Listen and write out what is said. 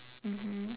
mmhmm